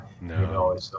no